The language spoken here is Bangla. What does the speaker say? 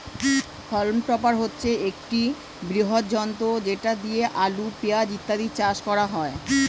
হল্ম টপার হচ্ছে একটি বৃহৎ যন্ত্র যেটা দিয়ে আলু, পেঁয়াজ ইত্যাদি চাষ করা হয়